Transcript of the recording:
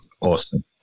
awesome